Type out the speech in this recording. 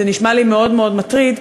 זה נשמע לי מאוד מאוד מטריד.